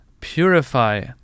purify